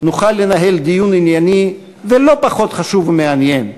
נוכל לנהל דיון ענייני ולא פחות חשוב ומעניין,